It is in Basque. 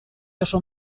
oso